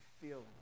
feeling